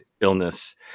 illness